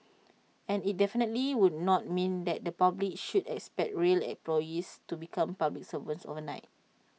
and IT definitely would not mean that the public should expect rail employees to become public servants overnight